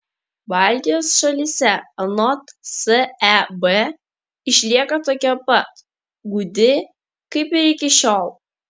baltijos šalyse anot seb išlieka tokia pat gūdi kaip ir iki šiol